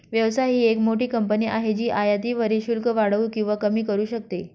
व्यवसाय ही एक मोठी कंपनी आहे जी आयातीवरील शुल्क वाढवू किंवा कमी करू शकते